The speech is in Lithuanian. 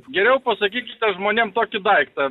geriau pasakykite žmonėm tokį daiktą